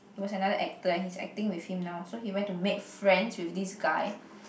it was another actor and he's acting with him now so he went to make friends with this guy